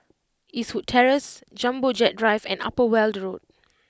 Eastwood Terrace Jumbo Jet Drive and Upper Weld Road